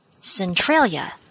Centralia